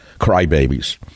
crybabies